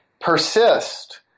persist